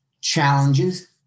challenges